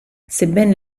sebbene